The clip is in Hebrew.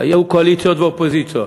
היו קואליציות ואופוזיציות.